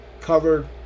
covered